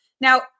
Now